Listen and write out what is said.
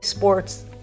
Sports